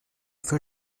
für